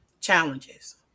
challenges